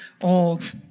old